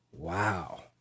Wow